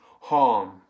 harm